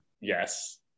yes